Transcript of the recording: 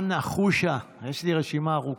אנא חושה, יש לי רשימה ארוכה.